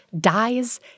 dies